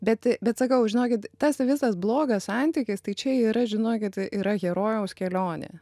bet bet sakau žinokit tas visas blogas santykis tai čia yra žinokit yra herojaus kelionė